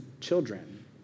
children